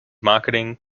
marketing